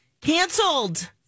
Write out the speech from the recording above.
Canceled